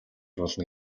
болно